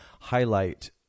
highlight